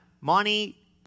Money